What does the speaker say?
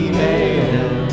Email